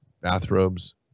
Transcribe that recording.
bathrobes